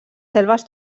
selves